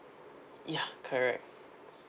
ya correct